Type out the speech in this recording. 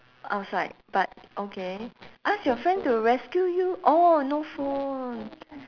outside but okay ask your friend to rescue you oh no phone